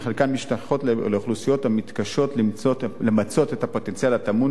וחלקן משתייכות לאוכלוסיות המתקשות למצות את הפוטנציאל הטמון